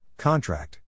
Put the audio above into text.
Contract